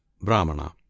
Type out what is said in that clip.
Brahmana